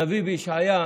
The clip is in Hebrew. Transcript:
הנביא ישעיה אומר: